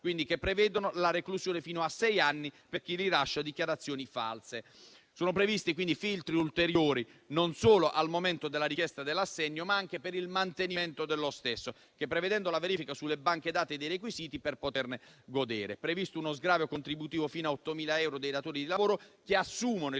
che prevedono la reclusione fino a sei anni per chi rilascia dichiarazioni false. Sono previsti quindi filtri ulteriori, non solo al momento della richiesta dell'assegno, ma anche per il mantenimento dello stesso, prevedendo la verifica sulle banche dati dei requisiti per poterne godere. È previsto uno sgravio contributivo fino a 8.000 euro per i datori di lavoro che assumono il